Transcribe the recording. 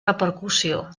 repercussió